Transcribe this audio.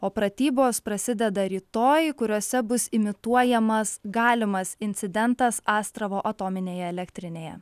o pratybos prasideda rytoj kuriose bus imituojamas galimas incidentas astravo atominėje elektrinėje